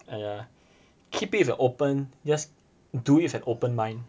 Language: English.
!aiya! keep it with a open just do it with an open mind